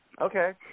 Okay